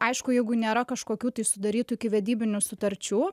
aišku jeigu nėra kažkokių tai sudarytų ikivedybinių sutarčių